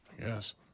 Yes